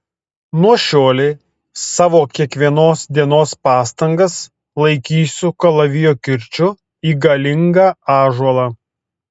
nuo šiolei savo kiekvienos dienos pastangas laikysiu kalavijo kirčiu į galingą ąžuolą